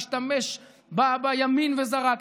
השתמש בימין וזרק,